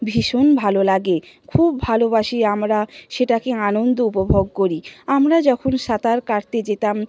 ভীষণ ভালো লাগে খুব ভালোবাসি আমরা সেটাকে আনন্দ উপভোগ করি আমরা যখন সাঁতার কাটতে যেতাম